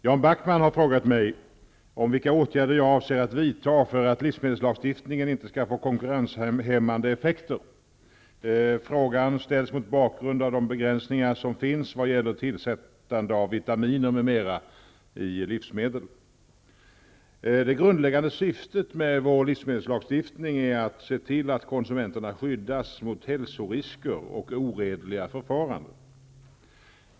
Herr talman! Jan Backman har frågat mig vilka åtgärder jag avser att vidta för att livemedelslagstiftningen inte skall få konkurrenshämmande effekter. Frågan ställs mot bakgrund av de begränsningar som finns vad gäller tillsättande av vitaminer m.m. i livsmedel. Det grundläggande syftet med vår livsmedelslagstiftning är att se till att konsumenterna skyddas mot hälsorisker och oredliga förfaranden.